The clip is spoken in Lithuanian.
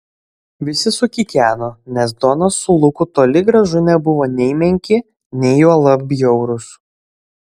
visi sukikeno nes donas su luku toli gražu nebuvo nei menki nei juolab bjaurūs